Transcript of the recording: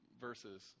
verses